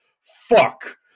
Fuck